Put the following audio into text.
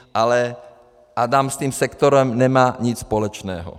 Ale Adam s tím sektorem nemá nic společného.